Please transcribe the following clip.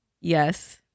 yes